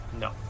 no